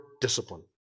discipline